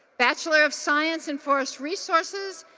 bachelor of science in forest resources,